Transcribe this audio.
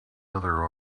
other